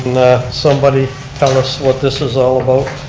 somebody tell us what this is all about?